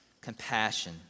Compassion